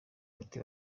miti